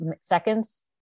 seconds